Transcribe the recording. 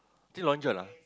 still Long-John ah